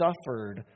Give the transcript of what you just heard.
suffered